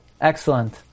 Excellent